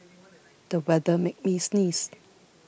the weather made me sneeze